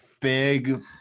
big